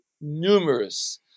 numerous